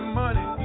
money